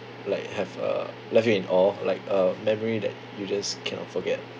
like have a left you in awe like a memory that you just cannot forget